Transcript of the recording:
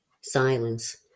silence